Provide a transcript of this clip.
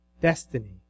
destiny